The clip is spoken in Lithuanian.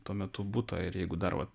tuo metu butą ir jeigu dar vat